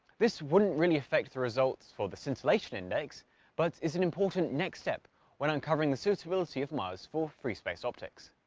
this wouldn't really affect the results for the scintillation index but is an important next step when uncovering the suitability of mars for free space optics.